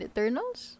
Eternals